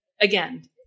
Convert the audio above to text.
again